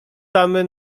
tamy